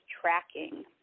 tracking